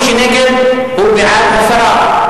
מי שנגד הוא בעד הסרה.